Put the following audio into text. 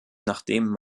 nachdem